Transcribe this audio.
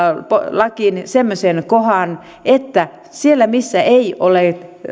lakiin semmoisen kohdan että siellä missä ei ole